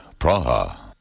Praha